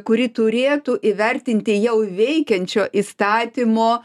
kuri turėtų įvertinti jau veikiančio įstatymo